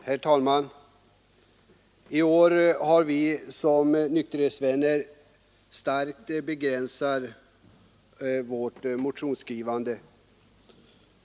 Herr talman! I år har vi som nykterhetsvänner starkt begränsat vårt motionsskrivande.